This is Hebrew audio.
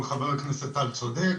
אבל חבר הכנסת טל צודק,